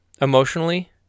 Emotionally